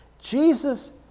Jesus